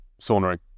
saunering